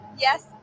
Yes